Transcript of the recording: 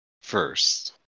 first